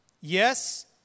Yes